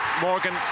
Morgan